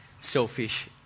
selfish